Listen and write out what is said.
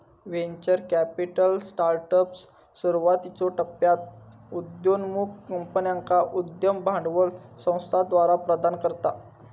venture capital startups, सुरुवातीच्यो टप्प्यात उदयोन्मुख कंपन्यांका उद्यम भांडवल संस्थाद्वारा प्रदान करता